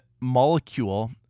molecule